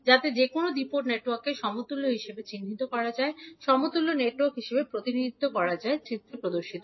যাতে যে কোনও দ্বি পোর্ট নেটওয়ার্ককে সমতুল্য হিসাবে চিহ্নিত করা যায় সমতুল্য নেটওয়ার্ক হিসাবে প্রতিনিধিত্ব করা যায় চিত্রে প্রদর্শিত